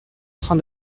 train